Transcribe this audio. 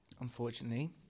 Unfortunately